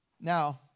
Now